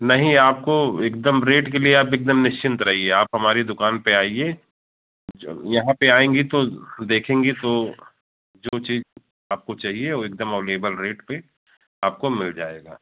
नहीं आपको एकदम रेट के लिए आप एकदम निश्चित रहिए आप हमारी दुकान पर आइए जब यहाँ पर आएँगी तो देखेंगी सो जो चीज़ आपको चाहिए वह एकदम अवेलेबल रेट पर आपको मिल जाएगा